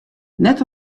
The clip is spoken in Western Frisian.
net